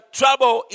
trouble